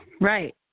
Right